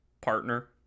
Partner